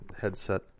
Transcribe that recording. headset